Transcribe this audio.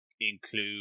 include